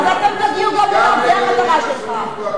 אז אתם תגיעו גם אליו, זאת המטרה שלך.